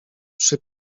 przy